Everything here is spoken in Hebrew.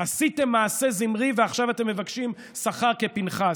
עשיתם מעשה זמרי, ועכשיו אתם מבקשים שכר כפינחס.